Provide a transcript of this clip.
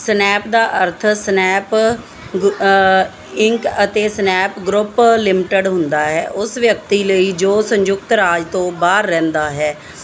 snap ਦਾ ਅਰਥ Snap Inc ਅਤੇ ਸਨੈਪ ਗਰੁੱਪ ਲਿਮਿਟਡ ਹੁੰਦਾ ਹੈ ਉਸ ਵਿਅਕਤੀ ਲਈ ਜੋ ਸੰਯੁਕਤ ਰਾਜ ਤੋਂ ਬਾਹਰ ਰਹਿੰਦਾ ਹੈ